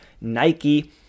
Nike